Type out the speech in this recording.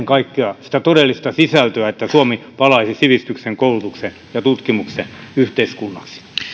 kaikkea sitä todellista sisältöä että suomi palaisi sivistyksen koulutuksen ja tutkimuksen yhteiskunnaksi